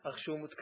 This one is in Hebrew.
אך כשהוא מותקף